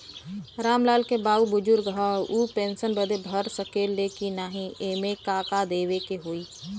राम लाल के बाऊ बुजुर्ग ह ऊ पेंशन बदे भर सके ले की नाही एमे का का देवे के होई?